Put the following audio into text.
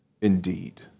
indeed